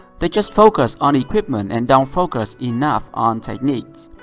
they just focus on equipment and don't focus enough on techniques.